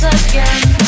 again